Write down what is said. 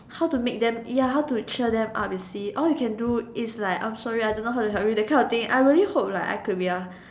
how to make them ya how to cheer them up you see all you can do is like I'm sorry I don't know how to help you that kind of thing I really hope like I could be A